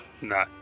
No